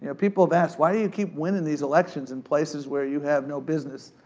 ah people have asked, why do you keep winning these elections in places where you have no business,